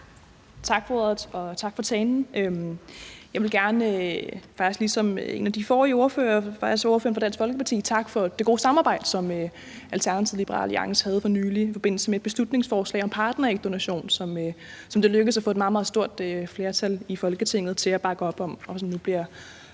tak for talen. Jeg vil gerne ligesom en af de forrige ordførere, ordføreren for Dansk Folkeparti faktisk, takke for det gode samarbejde, som Alternativet og Liberal Alliance havde for nylig i forbindelse med et beslutningsforslag om partnerægdonation, som det lykkedes at få et meget, meget stort flertal i Folketinget til at bakke op om, så det nu bliver